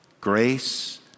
Grace